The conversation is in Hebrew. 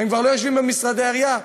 הם כבר לא יושבים במשרדי העירייה,